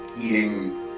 eating